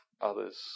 others